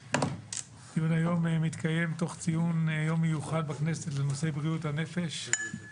הדיון היום מתקיים תוך ציון יום מיוחד בכנסת לנושא בריאות הנפש,